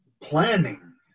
planning